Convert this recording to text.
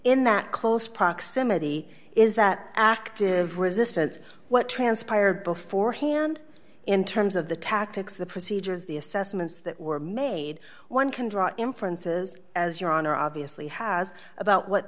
in that close proximity is that active resistance what transpired beforehand in terms of the tactics the procedures the assessments that were made one can draw inferences as your honor obviously has about what